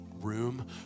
room